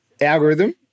algorithm